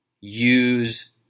use